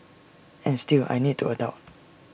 and still I need to adult